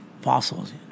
Fossils